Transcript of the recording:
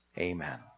Amen